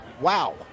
Wow